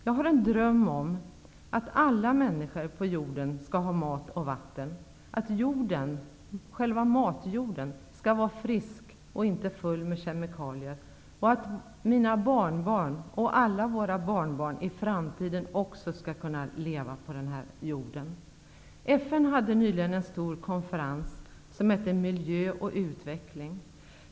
Jag har en dröm om att alla människor på jorden skall ha mat och vatten, om att själva matjorden skall vara frisk och inte full av kemikalier. Dessutom vill jag att mina barnbarn och alla andras barnbarn också i framtiden skall kunna leva på vår jord. FN hade nyligen en stor konferens, Miljö och utveckling.